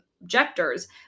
objectors